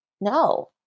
No